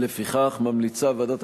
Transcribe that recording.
לפיכך, ועדת